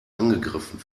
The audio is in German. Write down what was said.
angegriffen